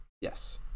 Yes